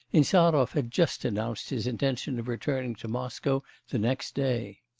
insarov had just announced his intention of returning to moscow the next day.